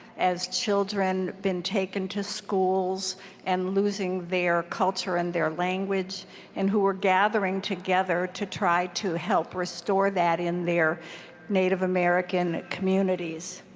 as children children, been taken to schools and losing their culture and their language and who are gathering together to try to help restore that in their native american communities.